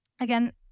Again